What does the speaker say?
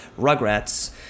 Rugrats